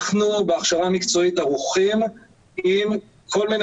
אנחנו בהכשרה המקצועית ערוכים עם כל מיני